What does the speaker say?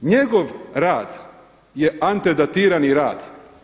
Njegov rad je antedetirani rad.